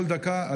כל דקה,